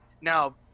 Now